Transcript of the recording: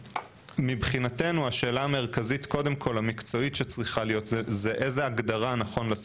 מבחינתנו השאלה המרכזית והמקצועית שצריכה להיות היא מה ההגדרה הנכונה,